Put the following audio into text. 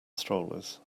strollers